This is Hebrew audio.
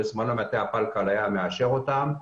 בזמנו מטה הפלקל היה מאשר אותם.